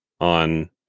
on